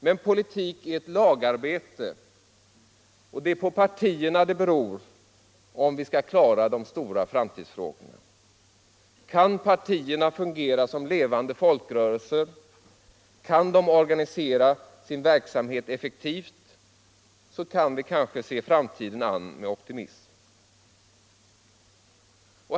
Men politik är ett lagarbete, och det är på partierna det beror om vi skall klara de stora framtidsfrågorna. Kan partierna fungera som levande folkrörelser, kan de organisera sin verksamhet effektivt så kan vi kanske se framtiden an med optimism.